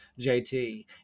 JT